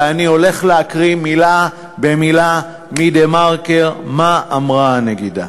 ואני הולך להקריא מילה במילה מ"דה מרקר" מה אמרה הנגידה: